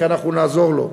כי אנחנו נעזור לו.